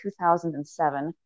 2007